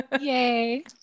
Yay